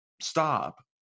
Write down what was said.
stop